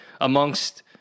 amongst